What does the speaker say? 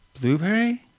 Blueberry